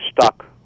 stuck